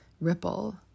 ripple